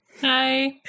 Hi